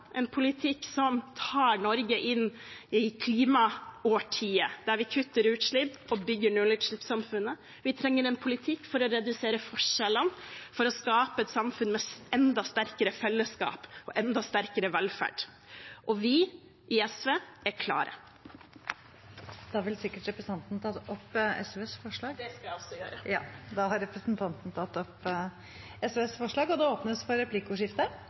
en politikk som tar Norge inn i klimaårtiet, der vi kutter utslipp og bygger nullutslippssamfunnet. Vi trenger en politikk for å redusere forskjellene, for å skape et samfunn med enda sterkere fellesskap og enda sterkere velferd. Vi i SV er klare. Jeg tar til slutt opp SVs forslag. Da har representanten Kari Elisabeth Kaski tatt opp de forslagene hun refererte til. Det blir replikkordskifte. SVs alternative budsjett er både et storstilt angrep på norske bedriftseiere og